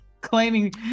claiming